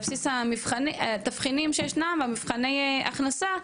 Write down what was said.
בסיס המבחנים התבחינים שישנם ומבחני הכנסה,